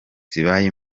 zibaye